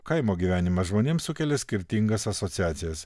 kaimo gyvenimas žmonėms sukelia skirtingas asociacijas